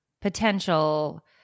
potential